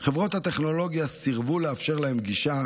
חברות הטכנולוגיה סירבו לאפשר להם גישה.